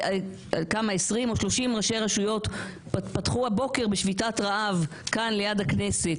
30 ראשי רשויות פתחו הבוקר בשביתת רעב כאן ליד הכנסת.